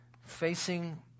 facing